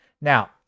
now